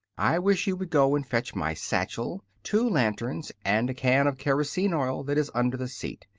i wish you would go and fetch my satchel, two lanterns, and a can of kerosene oil that is under the seat.